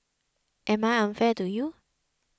am I unfair to you